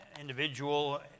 individual